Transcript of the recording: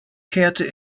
kehrte